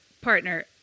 partner